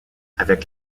avec